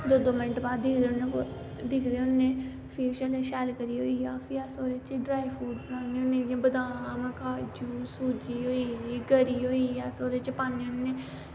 दो दो मैन्ट बाद दिखदे फ्ही जिसलै शैल करियै होईया फ्ही अस ओह्दे च ड्राई फरूट पान्ने होन्ने जियां बदाम काजू सूजी होई गेई गरी होई अस ओह्दे च पान्ने होन्ने